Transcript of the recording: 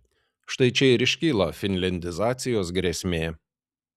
štai čia ir iškyla finliandizacijos grėsmė